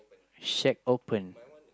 shack open